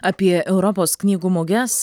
apie europos knygų muges